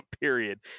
period